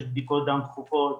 יש בדיקות דם דחופות,